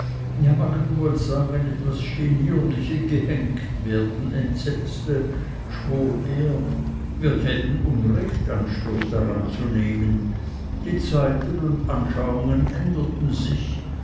ja man kann wohl sagen etwas genierliche gehenktwerden entsetzte schwor er wir täten unrecht anstoß daran zu nehmen die zeiten und anschauungen änderten sich